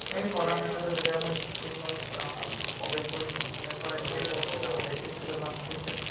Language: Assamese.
সেই কলা শাখাটো যেতিয়া মই স্কুলত প্ৰৱেশ কৰিছিলোঁ তেতিয়াৰপৰাই সেই বস্তুটো আমি দেখিছিলোঁ বা শুনিছিলোঁ